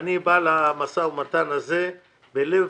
ואני בא למשא ומתן הזה בלב